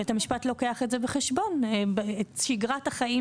בית המשפט לוקח את זה בחשבון את שגרת החיים